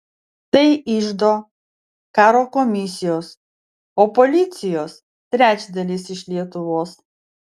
tai iždo karo komisijos o policijos trečdalis iš lietuvos